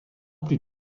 plus